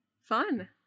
Fun